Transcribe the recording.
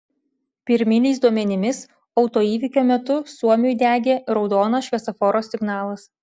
pirminiais duomenimis autoįvykio metu suomiui degė raudonas šviesoforo signalas